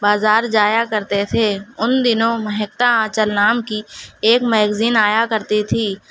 بازار جایا کرتے تھے ان دنوں مہکتا آنچل نام کی ایک میگزین آیا کرتی تھی